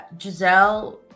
giselle